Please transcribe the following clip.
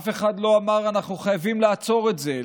אף אחד לא אמר: אנחנו חייבים לעצור את זה,